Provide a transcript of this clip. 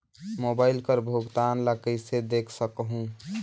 Mobile कर भुगतान ला कइसे देख सकहुं?